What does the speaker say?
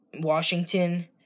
Washington